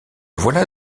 voilà